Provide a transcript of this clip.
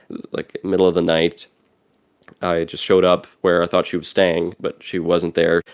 like, middle of the night i just showed up where i thought she was staying. but she wasn't there.